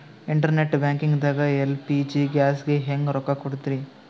Internet banking ದಾಗ LPG ಗ್ಯಾಸ್ಗೆ ಹೆಂಗ್ ರೊಕ್ಕ ಕೊಡದ್ರಿ?